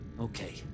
Okay